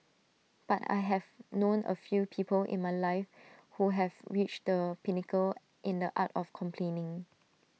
but I have known A few people in my life who have reached the pinnacle in the art of complaining